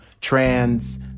trans